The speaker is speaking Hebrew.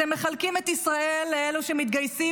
אתם מחלקים את ישראל לאלה שמתגייסים,